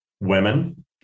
women